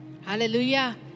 Hallelujah